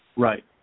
Right